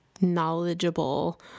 knowledgeable